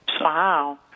Wow